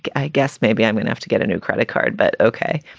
i guess maybe i wouldn't have to get a new credit card, but ok.